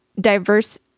diverse